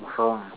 confirm